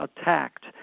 attacked